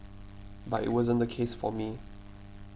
but it wasn't the case for me